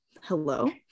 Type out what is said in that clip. hello